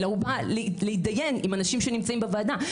אלא הוא בא להתדיין עם אנשים שנמצאים בוועדה.